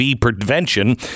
Prevention